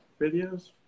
videos